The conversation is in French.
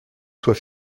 soit